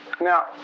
Now